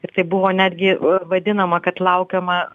ir tai buvo netgi vadinama kad laukiama